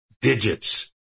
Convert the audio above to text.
digits